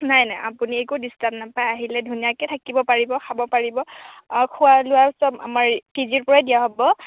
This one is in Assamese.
নাই নাই আপুনি একো ডিষ্টাৰ্ব নাপায় আহিলে ধুনীয়াকৈ থাকিব পাৰিব খাব পাৰিব খোৱা লোৱা সব আমাৰ পি জিৰ পৰাই দিয়া হ'ব